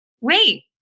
wait